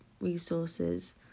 resources